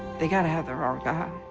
they gotta have the wrong guy.